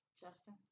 Justin